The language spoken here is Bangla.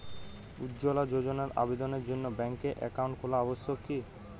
উজ্জ্বলা যোজনার আবেদনের জন্য ব্যাঙ্কে অ্যাকাউন্ট খোলা আবশ্যক কি?